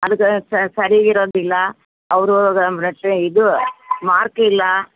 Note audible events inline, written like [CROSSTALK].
ಅದಕ್ಕೆ ಸರಿಗೆ ಇರೋದಿಲ್ಲ ಅವ್ರು [UNINTELLIGIBLE] ಇದು ಮಾರ್ಕ್ ಇಲ್ಲ